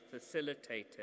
facilitated